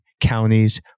counties